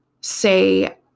say